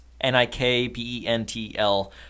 n-i-k-b-e-n-t-l